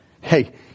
Hey